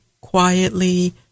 quietly